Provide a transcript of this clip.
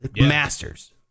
masters